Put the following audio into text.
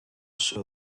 show